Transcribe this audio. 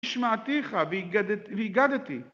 ‫השמעתיך והגד.. והגדתי.